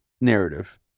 narrative